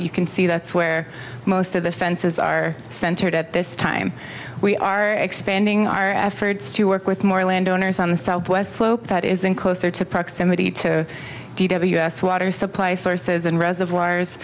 you can see that's where most of the fences are centered at this time we are expanding our efforts to work with more landowners on the southwest slope that is in closer to proximity to u s water supply sources and reservoirs